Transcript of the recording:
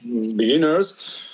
beginners